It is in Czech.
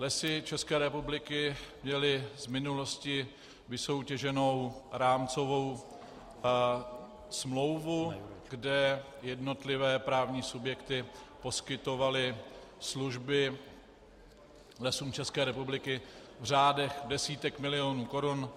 Lesy České republiky měly z minulosti vysoutěženou rámcovou smlouvu, kde jednotlivé právní subjekty poskytovaly služby Lesům České republiky v řádech desítek milionů korun.